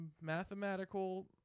mathematical